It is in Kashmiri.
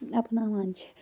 اَپناوان چھِ